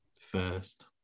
first